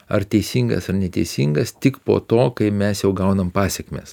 ar teisingas ar neteisingas tik po to kai mes jau gaunam pasekmes